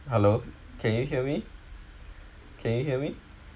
hello can you hear me can you hear me